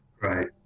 Right